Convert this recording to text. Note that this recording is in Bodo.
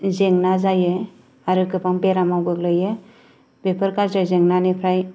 जेंना जायो आरो गोबां बेरामाव गोग्लैयो बेफोर गाज्रि जेंनानिफ्राय